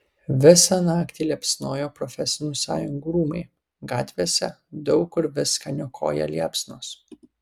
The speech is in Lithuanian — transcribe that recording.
visą naktį liepsnojo profesinių sąjungų rūmai gatvėse daug kur viską niokoja liepsnos